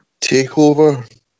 TakeOver